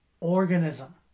organism